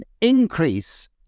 increase